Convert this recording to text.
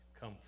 come